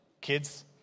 kids